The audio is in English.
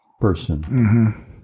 person